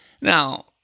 Now